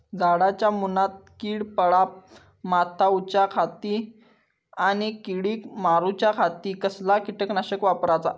झाडांच्या मूनात कीड पडाप थामाउच्या खाती आणि किडीक मारूच्याखाती कसला किटकनाशक वापराचा?